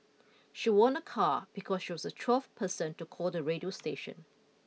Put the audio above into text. she won a car because she was the twelfth person to call the radio station